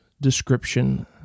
description